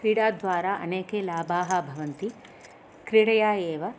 क्रीडाद्वारा अनेके लाभाः भवन्ति क्रीडया एव